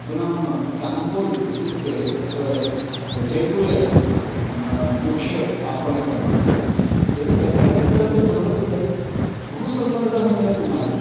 पुनः चान्दपोल् इत्युक्ते तत्र जयपुरे अस्ति खलु मु मुख्य आपणकमस्ति यदि तत्र गन्तव्यं भवति तर्हि बहु सम्मर्दः मिलति मार्गे